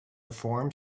reform